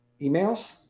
emails